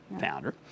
founder